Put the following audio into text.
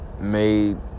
made